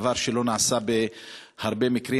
דבר שלא נעשה בהרבה מקרים.